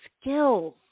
skills